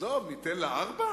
עזוב, ניתן לה ארבע?